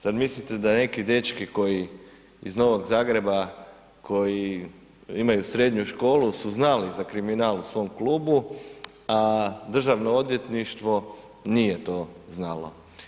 Zar mislite da neki dečki koji iz Novog Zagreba koji imaju srednju školu su znali za kriminal u svom klubu a Državno odvjetništvo nije to znalo?